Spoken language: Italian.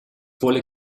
vuole